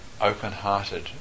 open-hearted